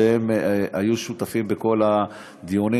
שהיו שותפים בכל הדיונים,